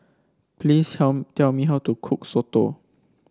please tell tell me how to cook soto